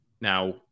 Now